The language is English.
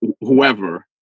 whoever